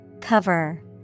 Cover